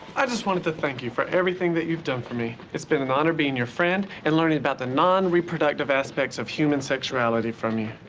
i just wanted to thank you for everything that you've done for me. it's been an honor being your friend and learning about the non-reproductive aspects of human sexuality from you.